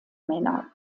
männer